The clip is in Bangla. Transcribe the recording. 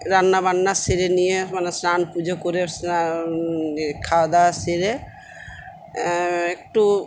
রান্না বান্না সেরে নিয়ে মানে স্নান পুজো করে খাওয়া দাওয়া সেরে একটু